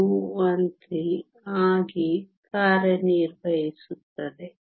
0213 ಆಗಿ ಕಾರ್ಯನಿರ್ವಹಿಸುತ್ತದೆ